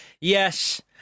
Yes